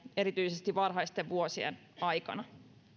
erityisesti varhaisten vuosien aikana